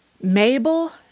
Mabel